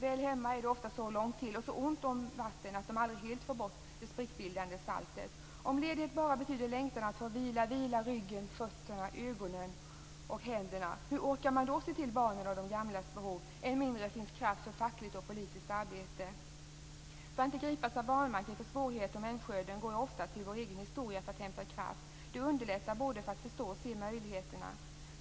Väl hemma är det ofta så långt till och så ont om vatten att de aldrig helt får bort det sprickbildande saltet. Om ledighet bara betyder längtan att få vila ryggen, fötterna, ögonen och händerna, hur orkar man då se till barnens och de gamlas behov? Än mindre finns kraft för fackligt och politiskt arbete. För att inte gripas av vanmakt inför svårigheter och människoöden går jag ofta till vår egen historia för att hämta kraft. Det underlättar både för att förstå och för att se möjligheterna.